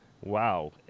Wow